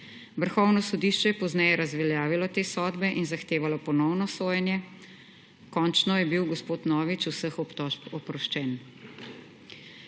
Vrhovno sodišče je pozneje razveljavilo te sodbe in zahtevalo ponovno sojenje. Končno je bil gospod Novič vseh obtožb oproščen.